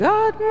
God